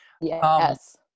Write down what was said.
Yes